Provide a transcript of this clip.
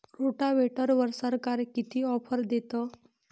रोटावेटरवर सरकार किती ऑफर देतं?